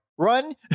Run